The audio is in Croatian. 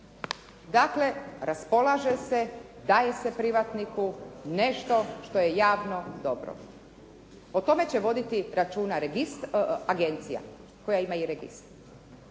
Dakle, raspolaže se, daje se privatniku nešto što je javno dobro. O tome će voditi računa agencija koja ima i registar.